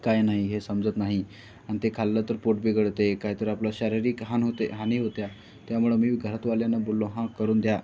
काय नाही हे समजत नाही अन ते खाल्लं तर पोट बिघडते काय तर आपलं शारीरिक हानी होते हानी होते त्यामुळं मी घरातवाल्यांना बोललो हा करून द्या